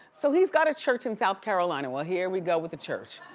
so he's got a church in south carolina. well here we go with the church.